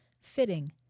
Fitting